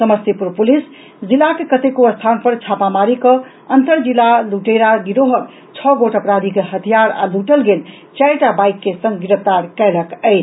Samastipur police जिलाक कतेको स्थान पर छापामारी कऽ अंतरजिला लूटेरा गिरोहक छओ गोट अपराधी के हथियार आ लूटल गेल चारि बाईक के संग गिरफ्तार कयलक अछि